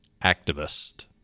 activist